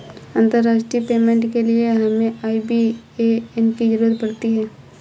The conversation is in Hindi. अंतर्राष्ट्रीय पेमेंट के लिए हमें आई.बी.ए.एन की ज़रूरत पड़ती है